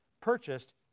purchased